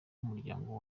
umuryango